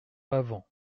pavant